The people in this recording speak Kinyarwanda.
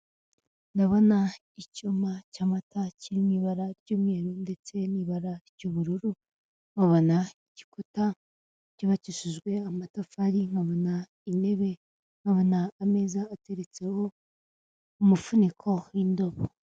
Ndabona icyuma cy'amata kiri mu ibara ry'umweru ndetse n'ibara ry'ubururu nkabona igikuta cyubakishijwe amatafari nkabona intebe ,nkabona ameza ateretseho umufuniko w'indobo .